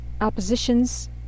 oppositions